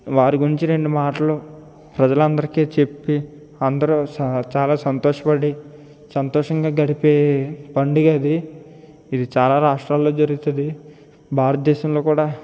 వారి గురించి రెండు మాటలు ప్రజలు అందరికీ చెప్పి అందరూ స చాలా సంతోషపడి సంతోషంగా గడిపే పండగ అది ఇది చాలా రాష్ట్రాల్లో జరుగుతుంది భారత దేశంలో కూడా